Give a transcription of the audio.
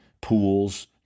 pools